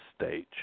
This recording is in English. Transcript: stage